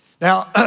Now